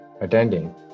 attending